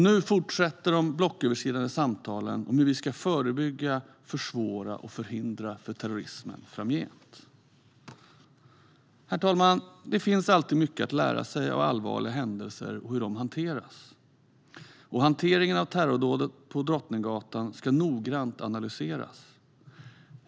Nu fortsätter de blocköverskridande samtalen om hur vi ska förebygga, försvåra och förhindra för terrorismen framgent. Herr talman! Det finns mycket att lära av allvarliga händelser och hur de hanterats. Hanteringen av terrordådet på Drottninggatan ska noggrant analyseras.